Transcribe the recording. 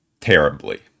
terribly